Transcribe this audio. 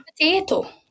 Potato